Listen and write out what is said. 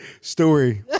story